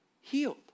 healed